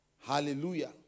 Hallelujah